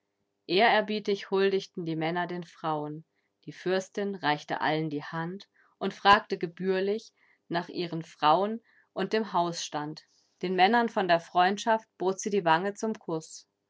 ehrerbietig huldigten die männer den frauen die fürstin reichte allen die hand und fragte gebührlich nach ihren frauen und dem hausstand den männern von der freundschaft bot sie die wange zum kuß